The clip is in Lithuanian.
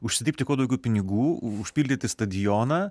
užsidirbti kuo daugiau pinigų užpildyti stadioną